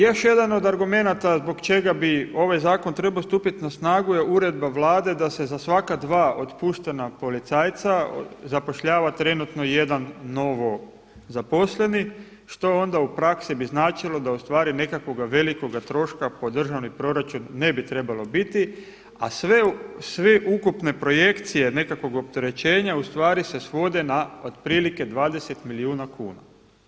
Još jedan od argumenata zbog čega bi ovaj zakon trebao stupiti na snagu je uredba Vlade da se za svaka dva otpuštena policajca zapošljava trenutno jedan novo zaposleni što onda u praksi bi značilo da ustvari nekakvoga velikoga troška po državni proračun ne bi trebalo biti, a sve ukupne projekcije nekakvog opterećenja ustvari se svode na otprilike 20 milijuna kuna.